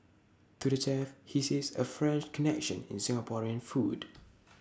to the chef he sees A French connection in Singaporean food